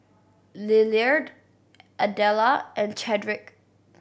Lillard Adella and Chadrick